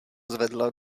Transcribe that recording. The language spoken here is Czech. zvedla